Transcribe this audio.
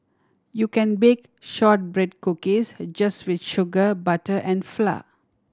you can bake shortbread cookies just with sugar butter and flour